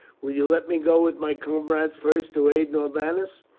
will you let me go with my comrades first to aid norbanus,